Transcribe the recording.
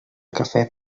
café